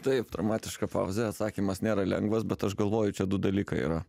taip dramatiška pauzė atsakymas nėra lengvas bet aš galvoju čia du dalykai yra